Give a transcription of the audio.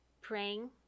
praying